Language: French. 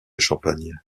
champagne